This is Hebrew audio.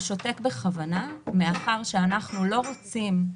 הוא שותק בכוונה מאחר ואנחנו לא רוצים,